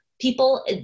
people